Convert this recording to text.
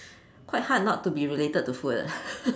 quite hard not to be related to food ah